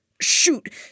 Shoot